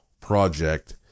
project